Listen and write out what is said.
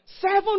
Seven